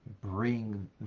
bring